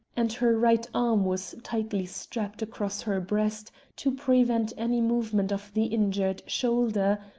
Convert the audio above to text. and her right arm was tightly strapped across her breast to prevent any movement of the injured shoulder,